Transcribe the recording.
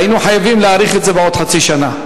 והיינו חייבים להאריך את זה בחצי שנה.